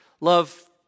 Love